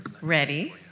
Ready